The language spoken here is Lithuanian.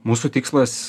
mūsų tikslas